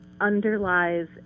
underlies